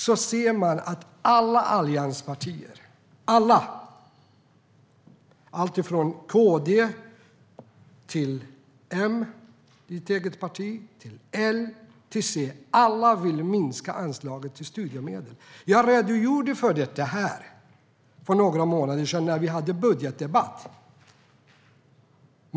Då ser man att alla allianspartier - alltifrån KD, M, ditt eget parti, L till C - vill minska anslaget till studiemedel. Jag redogjorde för detta här för några månader sedan när vi hade budgetdebatt.